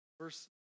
Verse